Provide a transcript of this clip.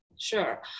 Sure